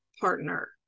partner